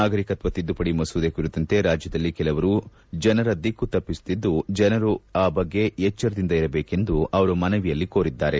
ನಾಗರಿಕತ್ವ ತಿದ್ದುಪಡಿ ಮಸೂದೆ ಕುರಿತಂತೆ ರಾಜ್ಲದಲ್ಲಿ ಕೆಲವರು ಜನರ ದಿಕ್ಕು ತಪ್ಪಿಸುತ್ತಿದ್ದು ಜನರು ಆ ಬಗ್ಗೆ ಎಚ್ಚರದಿಂದ ಇರಬೇಕೆಂದು ಅವರು ಮನವಿಯಲ್ಲಿ ಕೋರಿದ್ದಾರೆ